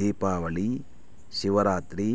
Deepavali Shivaratri